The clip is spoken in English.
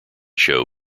show